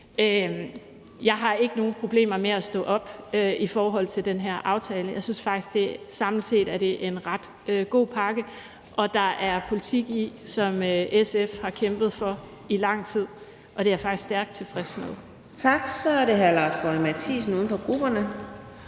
Jeg har ikke nogen problemer med at stå op i forhold til den her aftale. Jeg synes faktisk, det samlet set er en ret god pakke, og at der er politik i den, som SF har kæmpet for i lang tid, og det er jeg faktisk stærkt tilfreds med. Kl. 15:57 Fjerde næstformand (Karina